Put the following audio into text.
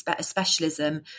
specialism